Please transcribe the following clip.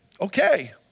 Okay